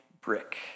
brick